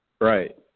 Right